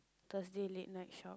Thursday late night shop